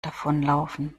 davonlaufen